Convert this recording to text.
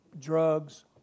drugs